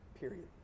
Period